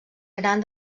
gran